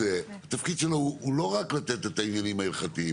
התפקיד שלו הוא לא רק לתת את העניינים ההלכתיים,